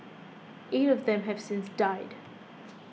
eight of them have since died